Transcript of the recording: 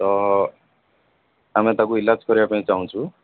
ତ ଆମେ ତାକୁ ଇଲାଜ୍ କରିବା ପାଇଁ ଚାହୁଁଛୁ